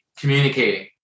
communicating